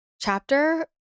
chapter